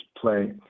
play